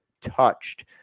touched